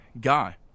guy